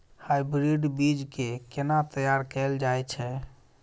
Hybrid बीज केँ केना तैयार कैल जाय छै?